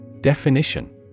Definition